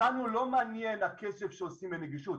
אותנו לא מעניין הכסף שעושים בנגישות,